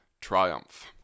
triumph